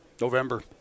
November